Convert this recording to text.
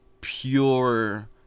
pure